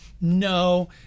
no